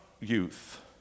youth